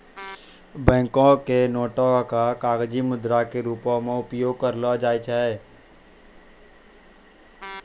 bank नोटो के कागजी मुद्रा के रूपो मे उपयोग करलो जाय छै